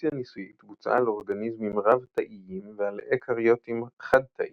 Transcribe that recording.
אבולוציה ניסויית בוצעה על אורגניזמים רב-תאיים ועל איקריוטים חד-תאיים,